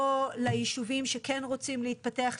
לא ליישובים שכן רוצים להתפתח,